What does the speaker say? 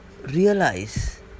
realize